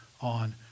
on